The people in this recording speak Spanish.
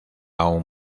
aún